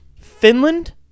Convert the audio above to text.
Finland